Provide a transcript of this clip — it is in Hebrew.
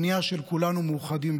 בנייה של כולנו מאוחדים,